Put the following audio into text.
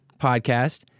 Podcast